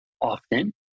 often